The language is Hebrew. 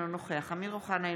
אינו נוכח אמיר אוחנה,